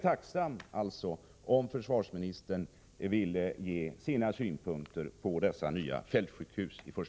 Jag är alltså tacksam om försvarsministern vill ge sina synpunkter på i första hand dessa nya fältsjukhus.